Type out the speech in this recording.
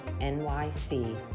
NYC